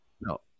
No